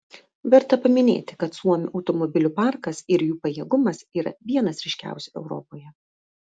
verta paminėti kad suomių automobilių parkas ir jų pajėgumas yra vienas ryškiausių europoje